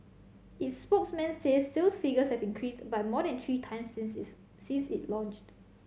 its spokesman says sales figures have increased by more than three times since is since it launched